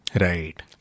Right